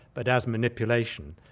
but as manipulation,